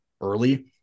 early